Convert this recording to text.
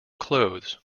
clothes